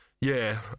Yeah